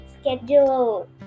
schedule